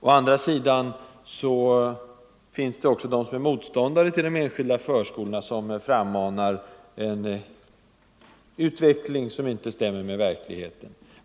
Å andra sidan finns det också motståndare till de enskilda förskolorna, som frammanar bilden av en utveckling som inte stämmer med verkligheten.